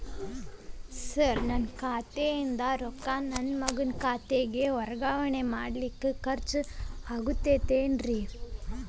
Sir ನನ್ನ ಖಾತೆಯಿಂದ ರೊಕ್ಕ ನನ್ನ ಮಗನ ಖಾತೆಗೆ ವರ್ಗಾವಣೆ ಮಾಡಲಿಕ್ಕೆ ಖರ್ಚ್ ಆಗುತ್ತೇನ್ರಿ?